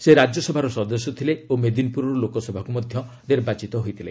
ସେ ରାଜ୍ୟସଭାର ସଦସ୍ୟ ଥିଲେ ଓ ମେଦିନପୁରରୁ ଲୋକସଭାକୁ ମଧ୍ୟ ନିର୍ବାଚିତ ହୋଇଥିଲେ